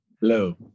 Hello